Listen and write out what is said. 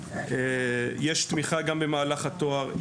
יש תמיכה גם במהלך התואר,